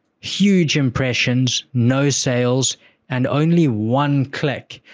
huge impressions, no sales and only one click,